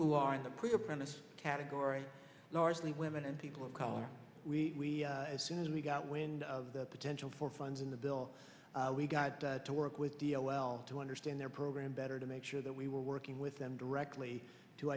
who are in the pre apprentice category largely women and people of color we as soon as we got wind of the potential for funding the bill we got to work with the o l to understand their program better to make sure that we were working with them directly to